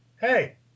Hey